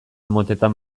motetan